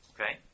Okay